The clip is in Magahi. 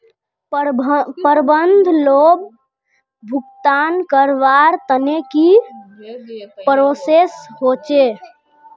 प्रबंधन लोन भुगतान करवार तने की की प्रोसेस होचे?